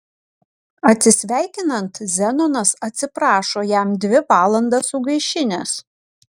atsisveikinant zenonas atsiprašo jam dvi valandas sugaišinęs